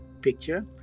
picture